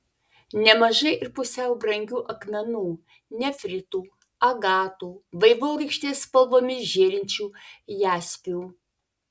nemažai ir pusiau brangių akmenų nefritų agatų vaivorykštės spalvomis žėrinčių jaspių